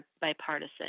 bipartisan